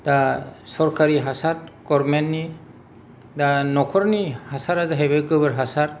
दा सरकारि हासार गभर्नमेन्ट नि दा न'खरनि हासारा जाहैबाय गोबोर हासार